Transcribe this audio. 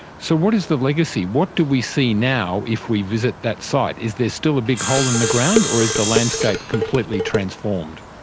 so what is the legacy, what do we see now if we visit that site? is there still a big hole in the ground or is the landscape completely transformed?